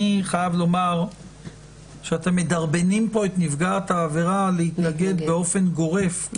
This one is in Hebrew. אני חייב לומר שאתם מדרבנים את נפגעת העבירה להתנגד באופן גורף.